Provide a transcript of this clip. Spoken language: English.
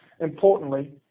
Importantly